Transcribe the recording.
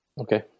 Okay